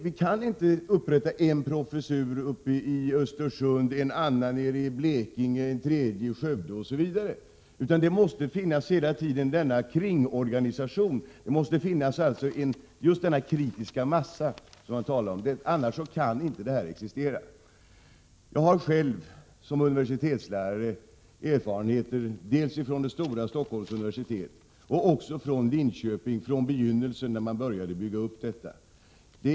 Vi kan inte upprätta en professur uppe i Östersund, en annan nere i Blekinge, en tredje i Skövde osv. Hela tiden måste det finnas en kringorganisation, just denna kritiska massa som man talar om, annars kan inte detta fungera. Jag har själv som universitetslärare erfarenheter dels från det stora Stockholms universitet, dels från begynnelsen av verksamheten i Linköping, då uppbyggnaden inleddes.